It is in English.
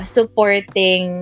Supporting